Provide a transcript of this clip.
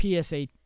PSA